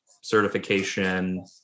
certification